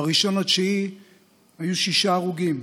ב-1 בספטמבר היו שישה הרוגים,